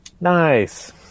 Nice